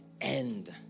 end